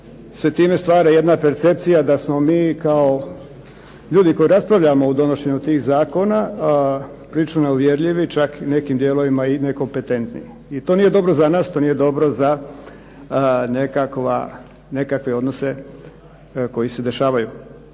se time stvara jedna percepcija da smo mi kao ljudi koji raspravljamo o donošenju tih zakona prilično neuvjerljivi, čak u nekim dijelovima i nekompetentni. I to nije dobro za nas, to nije dobro za nekakve odnose koji se dešavaju.